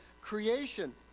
creation